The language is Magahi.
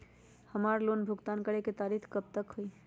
हमार लोन भुगतान करे के तारीख कब तक के हई?